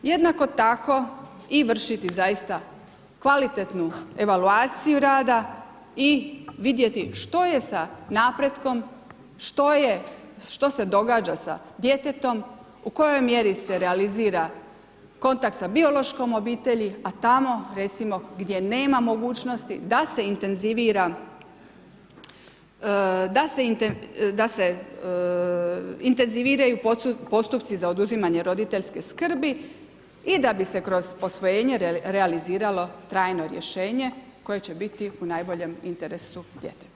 Jednako tako i vršiti zaista kvalitetnu evaluaciju radi i vidjeti što je sa napretkom, što se događa sa djetetom, u kojoj mjeri se realizira kontakt sa biološkom obitelji, a tamo recimo gdje nema mogućnosti da se intenziviraju postupci za oduzimanje roditeljske skrbi i da bi se kroz posvojenje realiziralo trajno rješenje koje će biti u najboljem interesu djeteta.